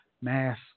mass